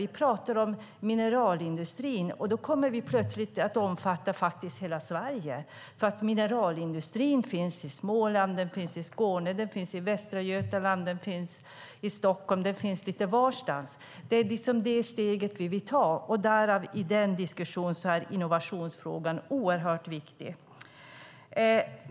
Vi pratar om mineralindustrin, och då kommer det plötsligt att omfatta hela Sverige, för mineralindustrin finns i Småland, Skåne, Västra Götaland, Stockholm och lite varstans. Det är det steget vi vill ta. I den diskussionen är innovationsfrågan oerhört viktig.